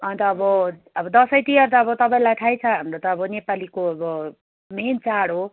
अन्त अब अब दसैँ तिहार त अब तपाईँलाई थाहा छ हाम्रो त अब नेपालीको अब मेन चाड हो